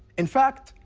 in fact,